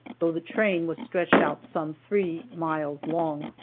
though the train was stretched out some three miles long.